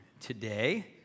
today